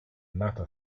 nata